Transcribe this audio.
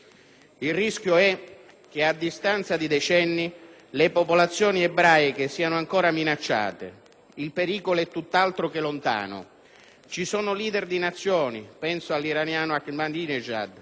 Ilrischio è che a distanza di decenni le popolazioni ebraiche siano ancora minacciate. Il pericolo è tutt'altro che lontano: ci sono *leader* di Nazioni, penso all'iraniano Ahmadinejad,